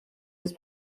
his